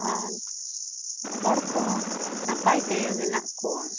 ᱟᱨ ᱦᱚᱲ ᱠᱚᱦᱚᱸ ᱱᱟᱯᱟᱭ ᱛᱮ ᱢᱮᱱᱟᱜ ᱠᱚᱣᱟ